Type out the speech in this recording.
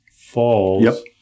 Falls